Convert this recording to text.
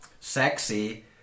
sexy